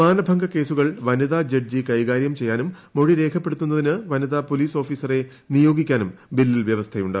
മാനഭംഗ കേസുകൾ വനിതാ ജഡ്ജി കൈകാര്യം ചെയ്യാനും മൊഴി രേഖപ്പെടുത്തുന്നതിന് വനിതാ പോലീസ് ഓഫീസറെ നിയോഗിക്കാനും ബില്ലിൽ വൃവസ്ഥയുണ്ട്